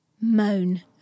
moan